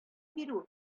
бирү